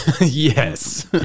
Yes